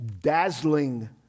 dazzling